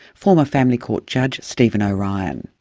former family court judge stephen o'ryan.